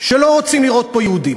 שלא רוצים לראות פה יהודים,